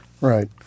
Right